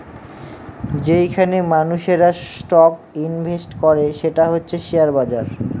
যেইখানে মানুষেরা stock invest করে সেটা হচ্ছে শেয়ার বাজার